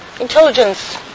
intelligence